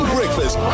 Breakfast